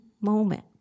moment